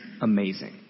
amazing